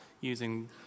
using